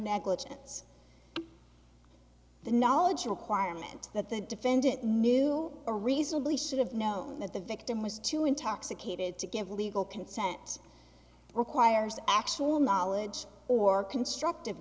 negligence the knowledge requirement that the defendant knew a reasonably should have known that the victim was too intoxicated to give legal consent requires actual knowledge or constructive